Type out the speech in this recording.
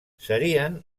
serien